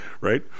right